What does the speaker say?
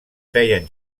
feien